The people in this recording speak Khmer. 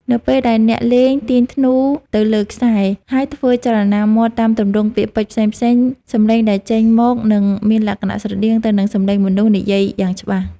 នៅពេលដែលអ្នកលេងទាញធ្នូទៅលើខ្សែ ហើយធ្វើចលនាមាត់តាមទម្រង់ពាក្យពេចន៍ផ្សេងៗ សម្លេងដែលចេញមកនឹងមានលក្ខណៈស្រដៀងទៅនឹងសម្លេងមនុស្សនិយាយយ៉ាងខ្លាំង។